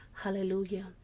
Hallelujah